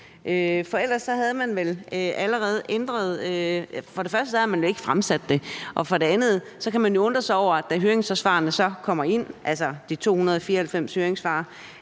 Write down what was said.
For ellers havde man vel for det første ikke fremsat det, og for det andet kan vi jo undre os over, at man ikke, da høringssvarene så kommer ind, altså de 294 høringssvar